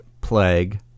plague